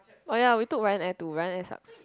oh ya we took Ryan-Air too Ryan-Air sucks